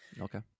Okay